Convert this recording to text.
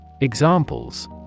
Examples